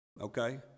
Okay